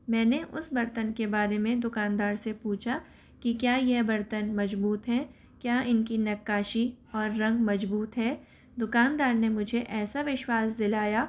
मैंने उस बर्तन के बारे में दुकानदार से पूछा कि क्या यह बर्तन मजबूत है क्या इनकी नक्काशी और रंग मजबूत है दुकानदार ने मुझे ऐसा विश्वास दिलाया